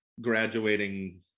graduating